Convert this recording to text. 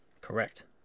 Correct